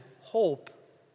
hope